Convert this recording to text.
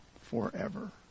forever